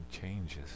changes